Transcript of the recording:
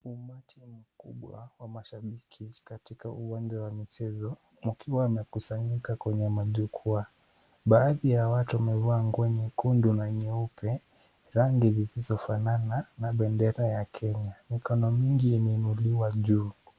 Umati mkubwa wa mashabiki katika uwanjawa michezo ukiwa wamekusanyika kwenye jukwaa. Baadhi ya watu wamevaa nguo nyekundu na nyeupe, rangi zisizofanana na bendera ya Kenya. Mikono mingi imeinuliwa juu.